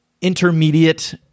intermediate